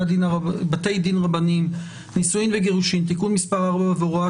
דין רבניים (נישואין וגירושין) (תיקון מס' 4 והוראת